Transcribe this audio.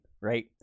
right